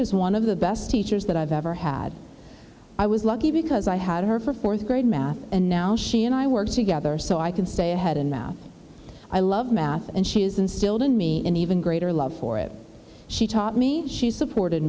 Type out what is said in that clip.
is one of the best teachers that i've ever had i was lucky because i had her fourth grade math and now she and i work together so i can stay ahead and math i love math and she has instilled in me an even greater love for it she taught me she supported